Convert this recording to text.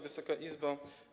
Wysoka Izbo!